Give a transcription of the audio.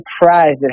surprised